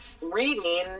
reading